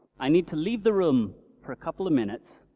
i need to leave the room for a couple of minutes.